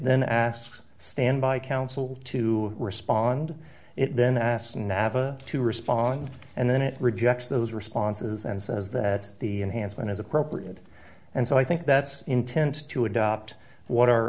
then asks standby counsel to respond it then asked naveh to respond and then it rejects those responses and says that the enhanced one is appropriate and so i think that's intent to adopt what